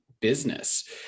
business